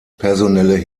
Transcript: personelle